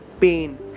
pain